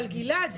גלעד,